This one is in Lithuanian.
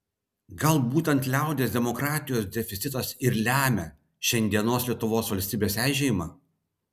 gal būtent liaudies demokratijos deficitas ir lemia šiandienos lietuvos valstybės eižėjimą